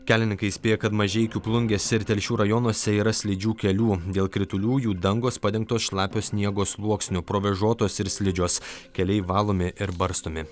kelininkai įspėja kad mažeikių plungės ir telšių rajonuose yra slidžių kelių dėl kritulių jų dangos padengtos šlapio sniego sluoksniu provėžotos ir slidžios keliai valomi ir barstomi